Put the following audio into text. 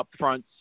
upfronts